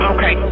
Okay